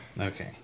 Okay